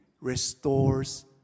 restores